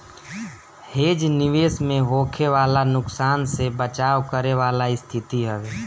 hedge निवेश में होखे वाला नुकसान से बचाव करे वाला स्थिति हवे